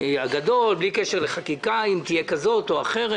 לנוהל הגדול, בלי קשר לחקיקה כזו או אחרת,